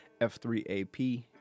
F3AP